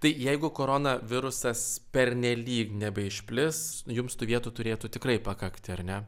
tai jeigu korona virusas pernelyg nebeišplis jums tų vietų turėtų tikrai pakakti ar ne